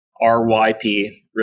R-Y-P